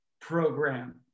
program